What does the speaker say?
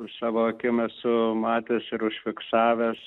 savo akim esu matęs ir užfiksavęs